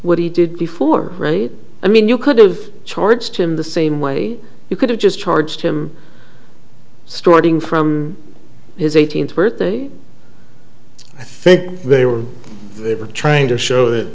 what he did before right i mean you could've charged him the same way you could have just charged him starting from his eighteenth birthday i think they were trying to show that